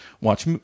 watch